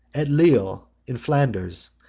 at lisle in flanders,